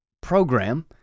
program